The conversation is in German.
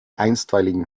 einstweiligen